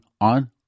on